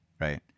right